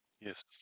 Yes